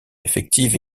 effective